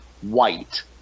white